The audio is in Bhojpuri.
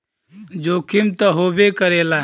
जोखिम त होबे करेला